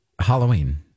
Halloween